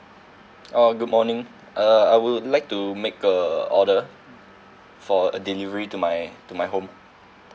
uh good morning uh I would like to make uh order for uh delivery to my to my home